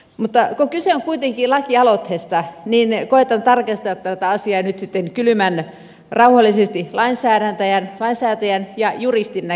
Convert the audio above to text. mutta kun kyse on kuitenkin lakialoitteesta niin koetan tarkastella tätä asiaa nyt kylmän rauhallisesti lainsäätäjän ja juristin näkökulmasta